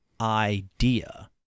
idea